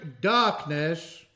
darkness